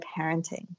parenting